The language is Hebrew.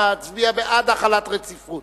מצביע בעד החלת רציפות,